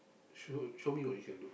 show show me what you can do